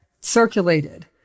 circulated